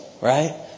right